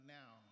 now